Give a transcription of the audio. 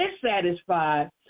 dissatisfied